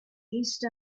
east